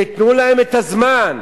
תנו להם את הזמן.